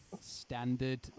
Standard